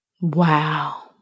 Wow